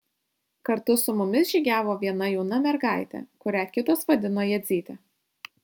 kartu su mumis žygiavo viena jauna mergaitė kurią kitos vadino jadzyte